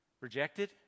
Rejected